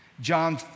John